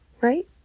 Right